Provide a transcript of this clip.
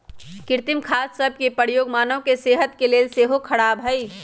कृत्रिम खाद सभ के प्रयोग मानव के सेहत के लेल सेहो ख़राब हइ